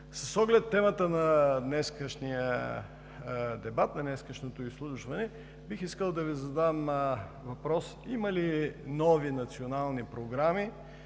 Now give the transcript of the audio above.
С оглед темата на днешния дебат, на днешното изслушване, бих искал да Ви задам въпроса: има ли нови национални програми